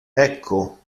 ecco